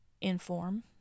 inform